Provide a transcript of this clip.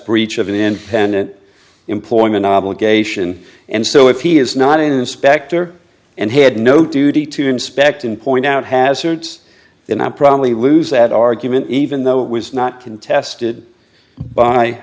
breach of an independent employment obligation and so if he is not an inspector and had no duty to inspect and point out hazards then i probably lose that argument even though it was not contested by